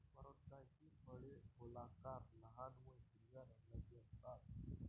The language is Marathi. करोंदाची फळे गोलाकार, लहान व हिरव्या रंगाची असतात